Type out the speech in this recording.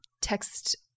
text